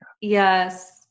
Yes